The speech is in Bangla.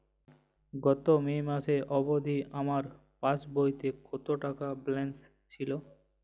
গত মে মাস অবধি আমার পাসবইতে কত টাকা ব্যালেন্স ছিল?